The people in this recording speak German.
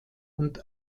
und